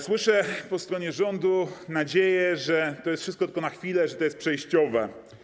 Słyszę po stronie rządu nadzieję, że to jest wszystko tylko na chwilę, że to jest przejściowe.